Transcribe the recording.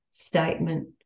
statement